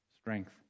strength